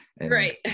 right